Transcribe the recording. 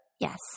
Yes